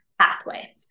pathway